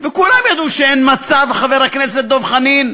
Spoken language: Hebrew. וכולם ידעו שאין מצב, חבר הכנסת דב חנין,